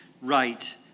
right